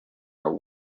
are